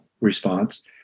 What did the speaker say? response